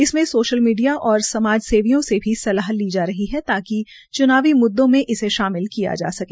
इसमे social media और समाजसेवियों से भी सलाह ली जा रही है ताकि च्नावी मुद्दों में इसे शामिल किया जा सके